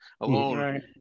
alone